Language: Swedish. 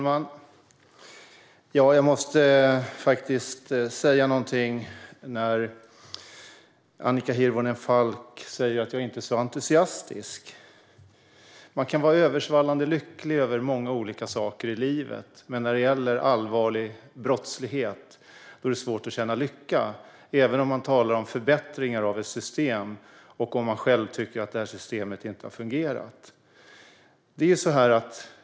Herr talman! Jag måste säga någonting när Annika Hirvonen Falk säger att jag inte är så entusiastisk. Man kan vara översvallande lycklig över många olika saker i livet, men när det gäller allvarlig brottslighet är det svårt att känna lycka även om man talar om förbättringar av ett system och om man själv tycker att det här systemet inte har fungerat.